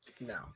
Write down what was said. no